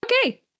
okay